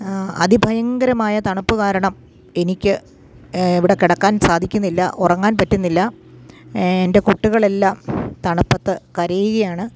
അതിഭയങ്കരമായ തണുപ്പ് കാരണം എനിക്ക് ഇവിടെ കിടക്കാൻ സാധിക്കുന്നില്ല ഉറങ്ങാൻ പറ്റുന്നില്ല എൻ്റെ കുട്ടികളെല്ലാം തണുപ്പത്ത് കരയുകയാണ്